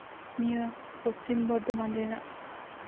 ᱱᱤᱭᱟᱹ ᱯᱚᱪᱷᱤᱢ ᱵᱚᱨᱫᱷᱚᱢᱟᱱ ᱨᱮᱱᱟᱜ